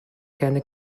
kendi